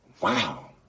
wow